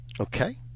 Okay